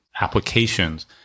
applications